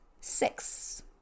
six